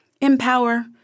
empower